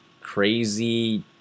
crazy